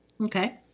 Okay